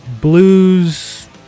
blues